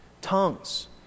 tongues